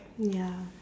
ya